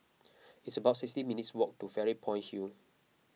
it's about sixty minutes' walk to Fairy Point Hill